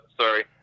Sorry